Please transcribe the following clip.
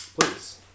Please